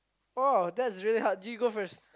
oh that's really hard you go first